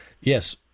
Yes